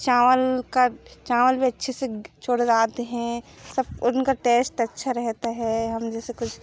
चावल का चावल भी अच्छे से चढ़ जाते हैं सब उनका टैस्ट अच्छा रहता है हम जैसे कुछ